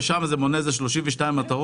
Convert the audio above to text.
ושם זה מונה כ-32 מטרות,